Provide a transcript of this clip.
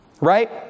right